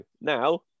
now